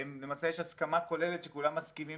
למעשה יש הסכמה כוללת שכולם מסכימים